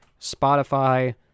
Spotify